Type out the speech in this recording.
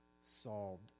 solved